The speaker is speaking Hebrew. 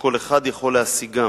שכל אחד יכול להשיגם.